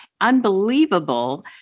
unbelievable